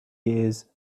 years